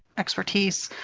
expertise.